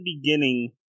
beginning